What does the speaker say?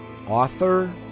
Author